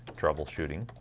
troubleshooting